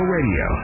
Radio